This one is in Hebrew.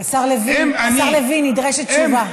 השר לוין, נדרשת תשובה.